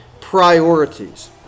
priorities